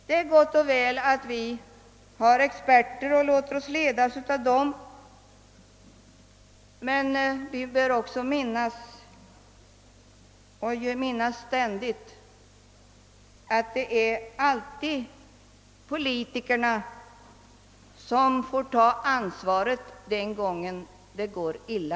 Det är gott och väl att vi har experter och låter oss ledas av dem, men vi bör också ständigt minnas att det alltid är politi kerna som får ta ansvaret den gång det går illa.